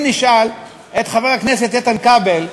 אם נשאל את חבר הכנסת איתן כבל,